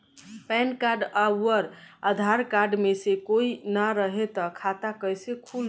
Pan card आउर Aadhaar card मे से कोई ना रहे त खाता कैसे खुली?